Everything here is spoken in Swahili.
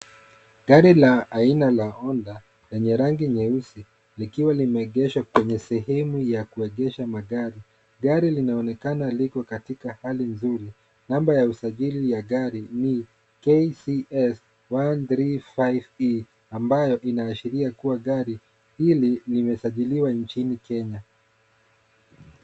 Gari la aina la Honda lenye rangi nyeusi, likiwa limeegeshwa kwenye sehemu ya kuegesha magari. Gari linaonekana liko katika hali nzuri. Namba ya usajili ya gari ni KCS 135E ambayo inaashiria kuwa gari hili limesajiliwa nchini Kenya.